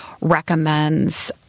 recommends